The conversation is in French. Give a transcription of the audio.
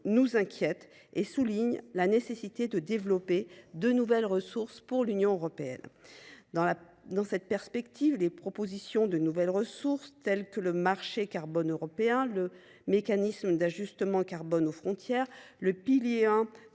nous inquiète et souligne la nécessité de développer de nouvelles ressources propres pour l’Union européenne. Dans cette perspective, les propositions de nouvelles ressources, telles que le marché carbone européen, le mécanisme d’ajustement carbone aux frontières (MACF) ou le pilier 1